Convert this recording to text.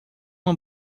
uma